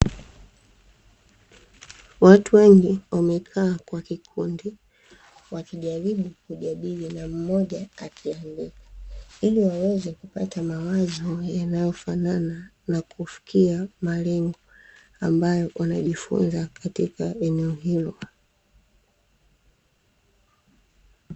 Watu wengi wamekaa kwa kikundi wakijaribu kujadili na mmoja akiandika, ili waweze kupata mawazo yanayofanana na kufikia malengo, ambayo wanajifunza katika eneo hilo.